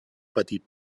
petit